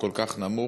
הוא כל כך נמוך,